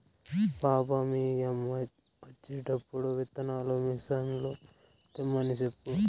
పాపా, మీ యమ్మ వచ్చేటప్పుడు విత్తనాల మిసన్లు తెమ్మని సెప్పు